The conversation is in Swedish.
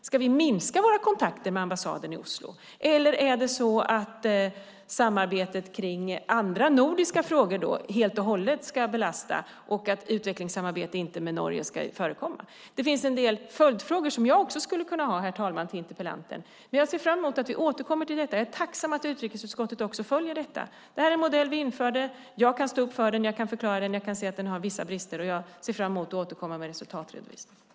Ska vi minska våra kontakter med ambassaden i Oslo, eller är det bara samarbetet i nordiska frågor som ska belasta den, och ska något utvecklingssamarbete med Norge inte förekomma? Det finns en del följdfrågor som jag skulle kunna ställa till interpellanten. Jag ser dock fram emot att få återkomma till detta. Jag är tacksam för att utrikesutskottet också följer detta. Det är en modell vi införde. Jag kan stå upp för den och förklara den, och jag kan se att den har vissa brister. Jag ser fram emot att få återkomma med resultatredovisningen.